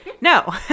no